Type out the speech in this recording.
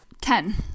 ten